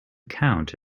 count